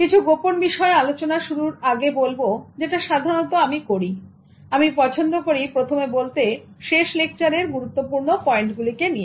কিছু গোপন বিষয় আলোচনা শুরুর আগে বলবো যেটা সাধারণত আমি করি আমি পছন্দ করি প্রথমে বলতে শেষ লেকচার এর গুরুত্বপূর্ণ পয়েন্ট নিয়ে